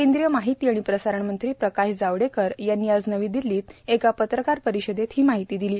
केंद्रीय माहिती आणि प्रसारण मंत्री प्रकाश जावडेकर यांनी आज नवी दिल्लीत एका पत्रकार परिषदेत ही माहिती दिली